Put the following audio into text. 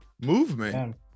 movement